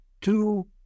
two